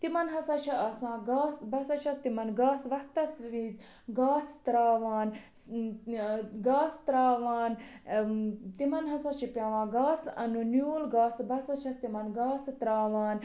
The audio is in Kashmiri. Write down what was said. تِمن ہسا چھُ آسان گاسہٕ بہٕ ہسا چھیٚس تِمن گاسہٕ وقتَس وزۍ گاسہٕ ترٛاوان ٲں گاسہٕ ترٛاوان ٲں تِمن ہسا چھُ پیٚوان گاسہٕ اَنُن نیٛوٗل گاسہٕ بہٕ ہسا چھیٚس تِمن گاسہٕ ترٛاوان